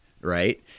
right